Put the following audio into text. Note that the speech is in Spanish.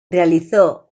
realizó